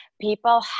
People